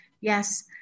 yes